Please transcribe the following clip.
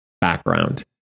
background